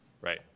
right